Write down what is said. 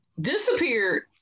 disappeared